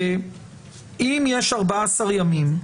אם יש 14 ימים,